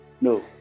No